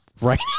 right